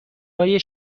های